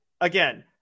again